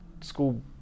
school